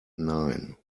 nine